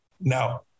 Now